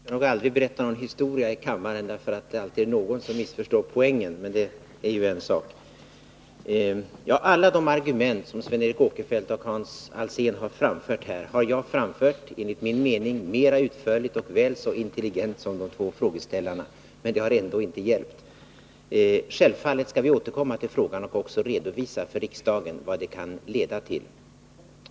Herr talman! Man skall aldrig berätta någon historia i kammaren, för alltid är det någon som missförstår poängen. Men det är en sak för sig. Alla de argument som Sven Eric Åkerfeldt och Hans Alsén har framfört har jag, enligt min mening, framfört mer utförligt och väl så intelligent som de två frågeställarna, men det har ändå inte hjälpt. Självfallet skall vi återkomma till frågan och även redovisa för riksdagen vad resonemangen = Nr 112 kan leda till.